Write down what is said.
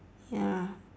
ya